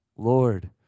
Lord